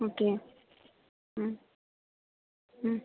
okay ம் ம்